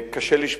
קשה לשפוט,